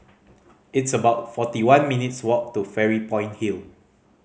it's about forty one minutes' walk to Fairy Point Hill